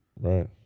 Right